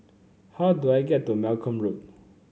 how do I get to Malcolm Road